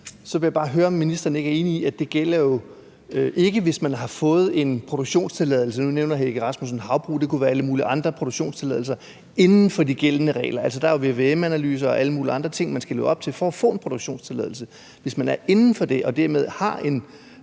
vil jeg høre, om ministeren ikke er enig i, at det jo ikke gælder, hvis man har fået en produktionstilladelse – nu nævner hr. Søren Egge Rasmussen havbrug, men det kunne være alle mulige andre produktionstilladelser – inden for de gældende regler. Altså, der er jo vvm-analyser og alle mulige andre ting, man skal leve op til for at få en produktionstilladelse. Så hvis man holder sig inden for det og dermed har en